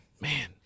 Man